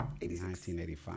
1985